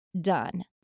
done